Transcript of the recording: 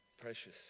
precious